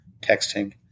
texting